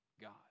God